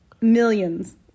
Millions